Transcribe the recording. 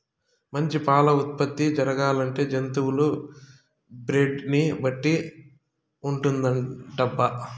మంచి పాల ఉత్పత్తి జరగాలంటే జంతువుల బ్రీడ్ ని బట్టి ఉంటుందటబ్బా